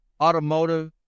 automotive